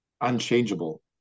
unchangeable